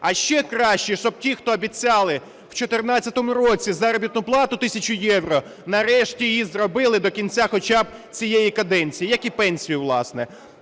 А ще краще, щоб ті, хто обіцяли в 14-му році заробітну плату тисячу євро, нарешті її зробили до кінця хоча б цієї каденції, як і пенсію, власне.